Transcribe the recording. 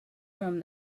from